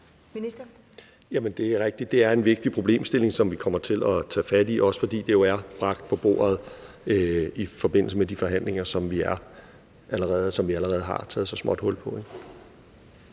det er en vigtig problemstilling, som vi kommer til at tage fat i, også fordi det jo er bragt på bordet i forbindelse med de forhandlinger, som vi allerede så småt har taget hul på.